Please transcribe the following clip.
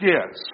Yes